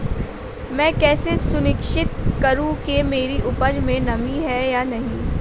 मैं कैसे सुनिश्चित करूँ कि मेरी उपज में नमी है या नहीं है?